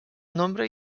nombre